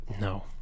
No